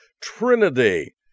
Trinity